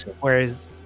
whereas